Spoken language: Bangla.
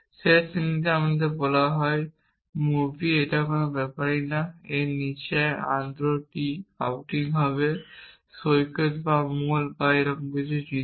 শেষ শ্রেণীতে আমাদের বলা হয় মুভি এটা কোন ব্যাপারই না এবং এর নিচে আন্দো ট্রি আউটিং হবে সৈকত বা মোল এবং এরকম জিনিস